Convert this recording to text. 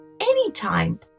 anytime